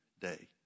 day